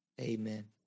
Amen